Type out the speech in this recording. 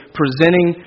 presenting